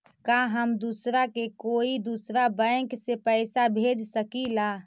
का हम दूसरा के कोई दुसरा बैंक से पैसा भेज सकिला?